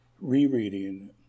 rereading